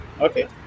Okay